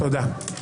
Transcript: תודה.